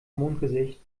mondgesicht